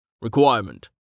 Requirement